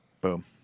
Boom